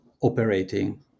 operating